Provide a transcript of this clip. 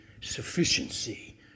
sufficiency